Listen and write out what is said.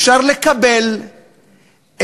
אפשר לקבל,